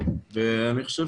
אני חושב